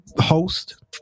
host